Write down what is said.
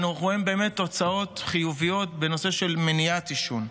אנו רואים באמת תוצאות חיוביות בנושא מניעת עישון.